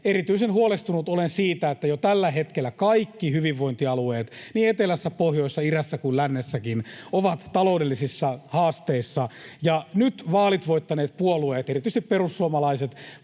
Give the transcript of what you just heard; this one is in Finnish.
Erityisen huolestunut olen siitä, että jo tällä hetkellä kaikki hyvinvointialueet niin etelässä, pohjoisessa, idässä kuin lännessäkin ovat taloudellisissa haasteissa, ja nyt vaalit voittaneet puolueet, erityisesti perussuomalaiset,